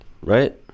right